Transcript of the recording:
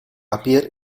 appear